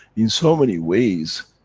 in so many ways,